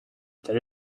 there